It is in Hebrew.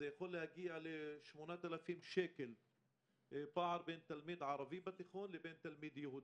זה יכול להגיע ל-8,000 שקל - פער בין תלמיד ערבי בתיכון לתלמיד יהודי.